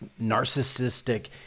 narcissistic